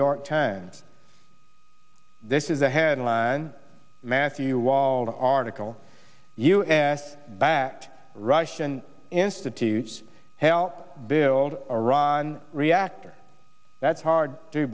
york times this is a headline matthew wald article u s backed russian institutes hell build iran reactor that's hard to